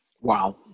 Wow